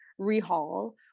rehaul